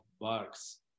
bucks